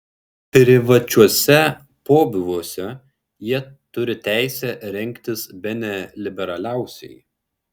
privačiuose pobūviuose jie turi teisę rengtis bene liberaliausiai